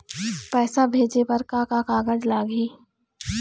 पैसा भेजे बर का का कागज लगही?